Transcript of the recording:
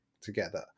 together